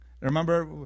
Remember